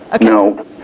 No